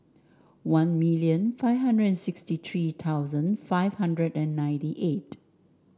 one million five hundred and sixty three thousand five hundred and ninety eight